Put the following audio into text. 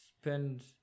spend